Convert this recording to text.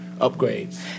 upgrades